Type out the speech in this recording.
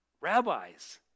Rabbis